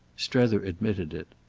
strether admitted it.